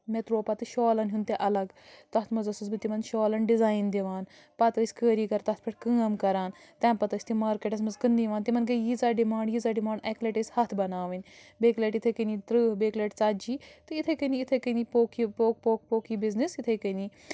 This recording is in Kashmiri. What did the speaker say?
مےٚ ترٛوو پتہٕ شالَن ہُنٛد تہِ الگ تَتھ منٛز ٲسٕس بہٕ تِمن شالَن ڈِزاین دِوان پتہٕ ٲسۍ کٲری گَر تَتھ پٮ۪ٹھ کٲم کَران تَمہِ پتہٕ ٲسۍ تِم مارکیٹَس منٛز کٕننہِ یِوان تِمن گٔے ییٖژاہ ڈِمانٛڈ ییٖژاہ ڈِمانٛڈ اَکہِ لَٹہِ ٲسۍ ہَتھ بناوٕنۍ بیٚیہِ کہِ لَٹہِ یِتھَے کٔنی تٕرٛہ بیٚیہِ کہِ لَٹہِ ژَتجی تہٕ یِتھَے کٔنی یِتھے کٔنی پوٚک یہِ پوٚک پوٚک پوٚک یہِ بِزنِس یِتھے کٔنی